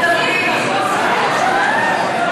התשע"ח 2018, נפלה.